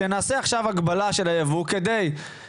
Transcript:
שנעשה עכשיו הגבלה של הייבוא על מנת